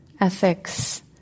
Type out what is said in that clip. ethics